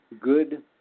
good